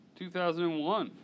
2001